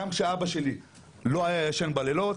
גם כאשר אבא שלי לא היה ישן בלילות,